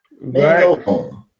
Right